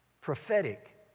prophetic